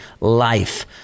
life